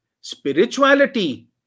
Spirituality